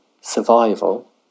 survival